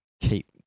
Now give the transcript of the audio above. keep